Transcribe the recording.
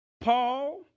Paul